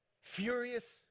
furious